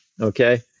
Okay